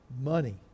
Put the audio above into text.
Money